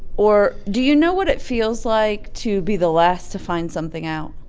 or, do you know what it feels like to be the last to find something out?